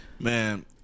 Man